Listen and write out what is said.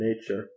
nature